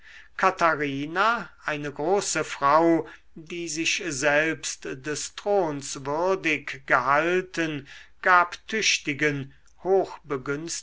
katharina eine große frau die sich selbst des throns würdig gehalten gab